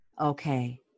Okay